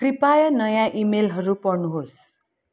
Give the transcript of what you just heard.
कृपाया नयाँ इमेलहरू पढ्नुहोस्